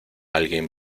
alguien